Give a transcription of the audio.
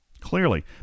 clearly